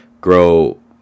grow